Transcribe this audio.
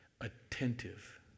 Attentive